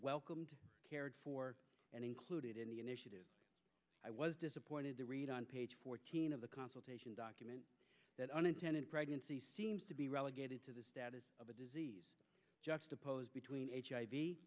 welcomed cared for and included in the initiative i was disappointed to read on page fourteen of the consultation document that unintended pregnancy seems to be relegated to the status of a disease just opposed between